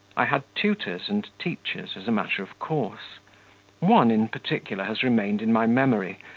i had tutors and teachers, as a matter of course one, in particular, has remained in my memory,